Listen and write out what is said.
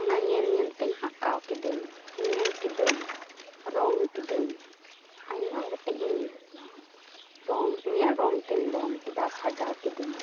ᱚᱱᱟ ᱧᱮᱞ ᱧᱮᱞᱛᱮᱧ ᱟᱸᱠᱟᱣ ᱠᱤᱫᱟᱹᱧ ᱧᱮᱞ ᱠᱤᱫᱟᱹᱧ ᱨᱚᱝ ᱠᱤᱫᱟᱹᱧ ᱟᱭᱢᱟ ᱜᱚᱴᱮᱡᱤᱧ ᱨᱚᱝ ᱤᱧᱟᱹᱜ ᱨᱚᱝᱛᱮᱧ ᱨᱚᱝ ᱠᱮᱫᱟ ᱥᱟᱡᱟᱣ ᱠᱮᱫᱟᱹᱧ